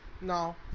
Now